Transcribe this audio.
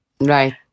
Right